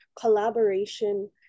collaboration